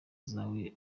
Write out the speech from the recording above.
zawe